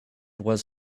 was